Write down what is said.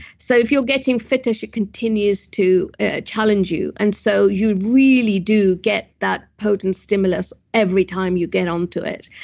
so if you're getting fitter, she continues to ah challenge you. and so you really do get that potent stimulus every time you get onto it.